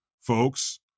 folks